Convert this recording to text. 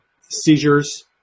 seizures